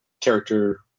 character